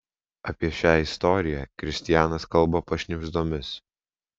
apie šią istoriją kristianas kalba pašnibždomis